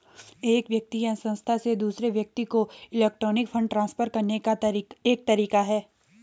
एक व्यक्ति या संस्था से दूसरे व्यक्ति को इलेक्ट्रॉनिक फ़ंड ट्रांसफ़र करने का एक तरीका है